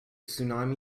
tsunami